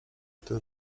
tym